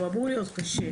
הוא אמור להיות קשה,